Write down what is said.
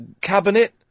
cabinet